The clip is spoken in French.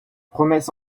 promesse